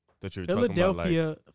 Philadelphia